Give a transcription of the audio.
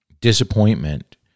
Disappointment